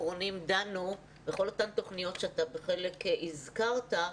האחרונים דנו בכל אותן תוכניות שאתה בחלק הזכרת,